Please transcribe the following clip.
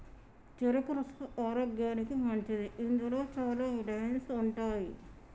చెరుకు రసం ఆరోగ్యానికి మంచిది ఇందులో చాల విటమిన్స్ ఉంటాయి